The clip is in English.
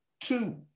two